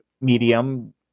medium